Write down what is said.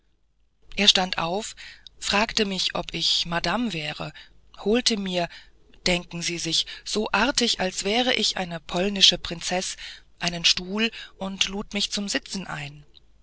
er stand auf fragte mich ob ich madame wäre holte mir denken sie sich so artig als wäre ich eine polnische prinzeß einen stuhl und lud mich zum sitzen ein